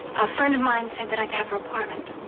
a friend of mine said that i could have her apartment.